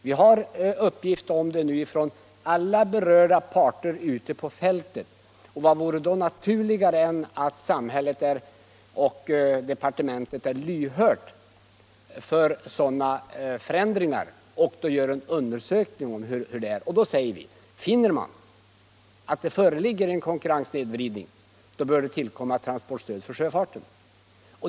Vi har uppgifter från alla berörda parter på fältet, och vad är då naturligare än att samhället och departementet är lyhörda för sådana förändringar och gör en undersökning? Finner man därvid att det föreligger en konkurrenssnedvridning bör även sjöfarten omfattas av transportstödet.